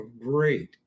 great